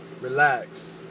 Relax